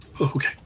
Okay